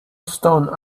stone